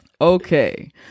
Okay